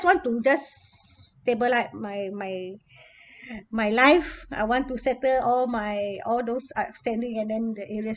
want to just stabilize my my my life I want to settle all my all those outstanding and then the arrears